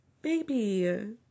Baby